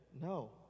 no